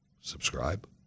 Subscribe